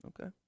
Okay